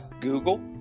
Google